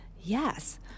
Yes